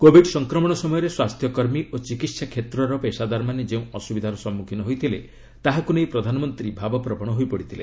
Covid ସଂକ୍ରମଣ ସମୟରେ ସ୍ୱାସ୍ଥ୍ୟକର୍ମୀ ଓ ଚିକିହା କ୍ଷେତ୍ରର ପେସାଦାରମାନେ ଯେଉଁ ଅସ୍ରବିଧାର ସମ୍ମଖୀନ ହୋଇଥିଲେ ତାହାକୁ ନେଇ ପ୍ରଧାନମନ୍ତ୍ରୀ ଭାବପ୍ରବଣ ହୋଇପଡ଼ିଥିଲେ